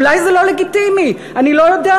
אולי זה לא לגיטימי, אני לא יודעת.